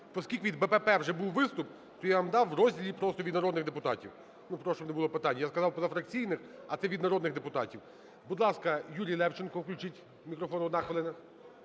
Оскільки від ББП вже був виступ, то я вам в розділі просто від народних депутатів, ну просто щоб не було питань. Я сказав "позафракційних", а це – від народних депутатів. Будь ласка, Юрій Левченко, включіть мікрофон, 1 хвилина.